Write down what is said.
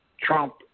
Trump